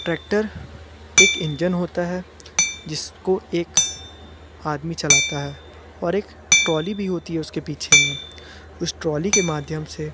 tractor एक engine होता है जिसको एक आदमी चलाता है और एक ट्रॉली भी होती है उसके पीछे में उस ट्रॉली के माध्यम से